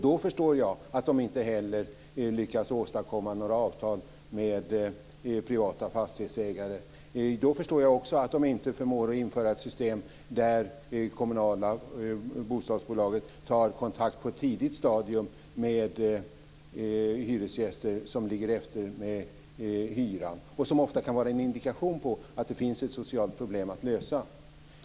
Då förstår jag att den inte heller lyckas åstadkomma några avtal med privata fastighetsägare. Då förstår jag också att den inte förmår införa ett system där det kommunala bostadsbolaget på ett tidigt stadium tar kontakt med hyresgäster som ligger efter med hyran, vilket ofta kan vara en indikation på att det finns ett socialt problem att lösa.